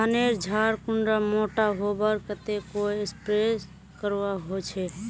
धानेर झार कुंडा मोटा होबार केते कोई स्प्रे करवा होचए?